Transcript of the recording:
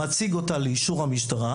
מציג אותה לאישור המשטרה.